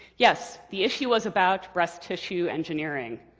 yes, the issue was about breast-tissue engineering.